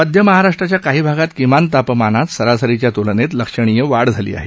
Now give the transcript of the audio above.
मध्य महाराष्ट्राच्या काही भागात किमान तापमानात सरासरीच्या त्लनेत लक्षणीय वाढ झाली आहे